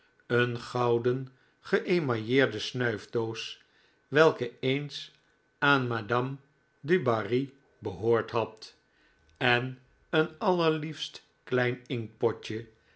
een gouden geemailleerde snuifdoos welke eens aan madame du barri behoord had en een allerliefst klein